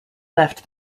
left